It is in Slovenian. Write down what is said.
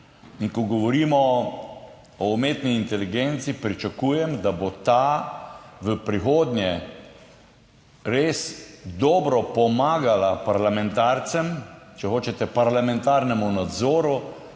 in ko govorimo o umetni inteligenci, pričakujem, da bo ta v prihodnje res dobro pomagala parlamentarcem, če hočete, parlamentarnemu nadzoru,